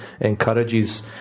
encourages